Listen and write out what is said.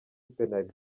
penaliti